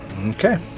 Okay